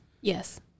Yes